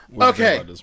Okay